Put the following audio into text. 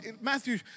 Matthew